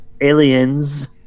Aliens